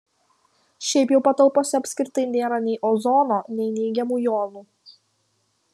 šiaip jau patalpose apskritai nėra nei ozono nei neigiamų jonų